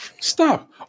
Stop